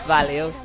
Valeu